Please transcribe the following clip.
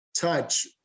touch